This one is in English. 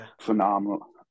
phenomenal